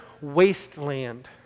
wasteland